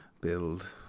build